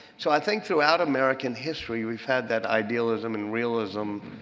so i think throughout american history we've had that idealism and realism,